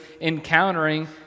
encountering